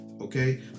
Okay